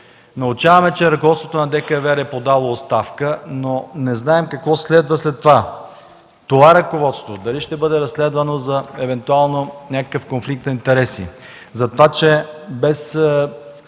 Научаваме, че ръководството на ДКЕВР е подало оставка, но не знаем какво следва след това – дали това ръководство ще бъде разследвано евентуално за някакъв конфликт на интереси.